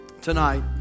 tonight